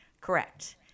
Correct